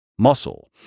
muscle